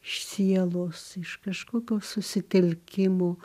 iš sielos iš kažkokio susitelkimo